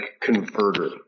converter